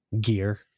Gear